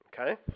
Okay